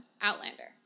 Outlander